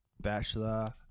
Bachelor